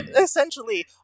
Essentially